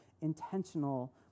intentional